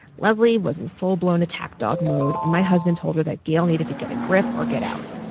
leslie wasn't full blown attack dog mode. and my husband told her that gail needed to get a grip or get out.